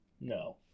No